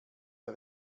der